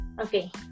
Okay